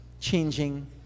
changing